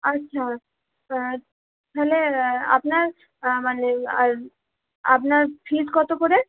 আচ্ছা তাহলে আপনার মানে আর আপনার ফিজ কত করে